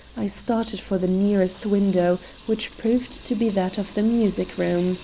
i started for the nearest window, which proved to be that of the music-room.